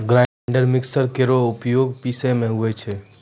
grinder mixer केरो उपयोग पिसै म होय छै